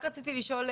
רק רציתי לשאול,